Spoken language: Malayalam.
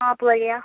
ആപ്പ് വഴിയാണോ